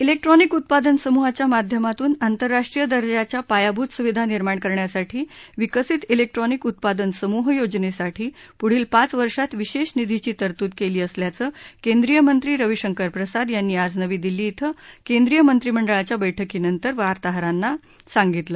electronic उत्पादन समूहाच्या माध्यमातून आंतरराष्ट्रीय दर्जाच्या पायाभूत सुविधा निर्माण करण्यासाठी विकसित इलेक्ट्रॉनिक उत्पादन समूह योजनेसाठी पुढील पाच वर्षात विशेष निधीची तरतूद केली असल्याचं केंद्रीय मंत्री रवी शंकर प्रसाद यांनी आज नवी दिल्ली इथं केंद्रीय मंत्रिमंडळाच्या बैठकीनंतर वार्ताहरांना ही माहिती दिली